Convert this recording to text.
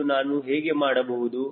ಅದನ್ನು ನಾನು ಹೇಗೆ ಮಾಡಬಹುದು